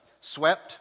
swept